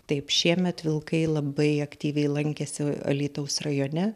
taip šiemet vilkai labai aktyviai lankėsi alytaus rajone